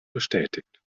bestätigt